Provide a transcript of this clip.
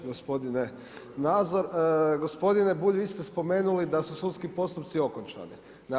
Gospodin Nazor, gospodine Bulj, vi ste spomenuli, da su sudski postupci okončani.